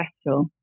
special